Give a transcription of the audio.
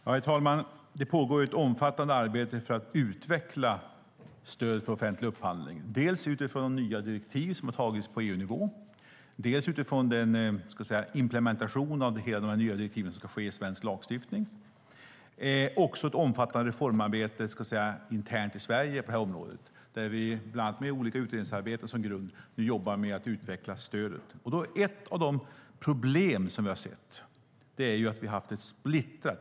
Herr talman! Det pågår ett omfattande arbete för att utveckla stödet för offentlig upphandling, dels utifrån de nya direktiv som har tagits på EU-nivå, dels utifrån den implementering av de nya direktiven som ska ske i svensk lagstiftning. Det pågår också ett omfattande reformarbete internt i Sverige på detta område, där vi bland annat med olika utredningsarbeten som grund jobbar med att utveckla stödet. Ett av de problem vi sett är att det har varit splittrat.